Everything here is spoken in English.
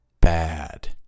bad